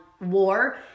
war